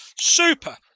Super